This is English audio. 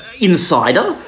insider